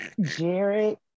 Jared